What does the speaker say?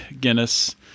Guinness